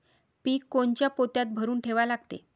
पीक कोनच्या पोत्यात भरून ठेवा लागते?